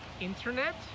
internet